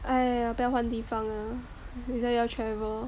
!aiya! 不要换地方啊等一下要 travel